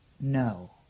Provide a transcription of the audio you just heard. No